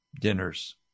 dinners